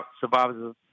survivors